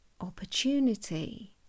opportunity